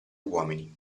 uomini